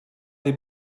die